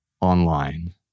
online